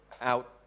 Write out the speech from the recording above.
out